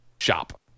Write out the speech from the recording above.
shop